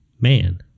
man